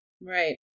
Right